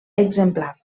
exemplar